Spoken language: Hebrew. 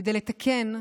כדי לתקן,